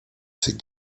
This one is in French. ses